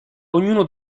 ognuno